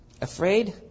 Afraid